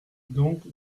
donc